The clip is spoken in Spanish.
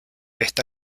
esta